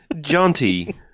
jaunty